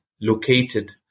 located